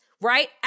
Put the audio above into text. right